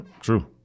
true